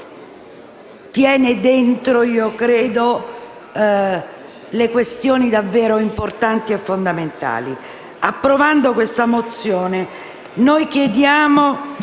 credo contenga le questioni davvero importanti e fondamentali. Approvando questa mozione noi chiediamo